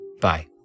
Bye